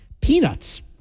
peanuts